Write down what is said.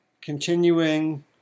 continuing